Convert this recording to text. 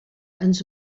ens